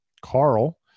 Carl